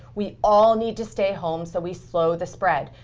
we all need to stay home so we slow the spread,